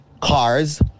cars